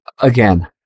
again